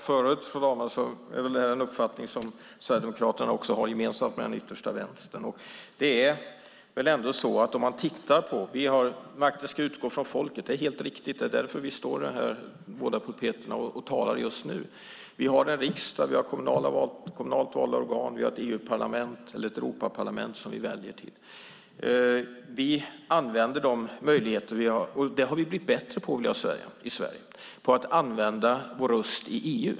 Fru talman! Som jag sade förut är det här en uppfattning som Sverigedemokraterna har gemensamt med den yttersta Vänstern. Makten ska utgå från folket. Det är helt riktigt. Det är därför vi står här i pulpeterna och talar just nu. Vi har en riksdag, vi har kommunalt valda organ, vi har ett Europaparlament som vi väljer till. Vi använder våra möjligheter, och Sverige har blivit bättre på att använda vår röst i EU.